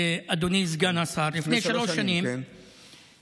אדוני סגן השר לפני שלוש שנים, בישיבה